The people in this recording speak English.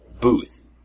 booth